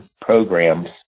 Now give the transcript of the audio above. programs